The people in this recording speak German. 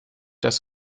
das